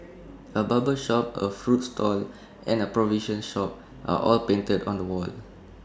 A barber shop A fruit stall and A provision shop are all painted on the wall